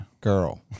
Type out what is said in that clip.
Girl